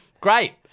great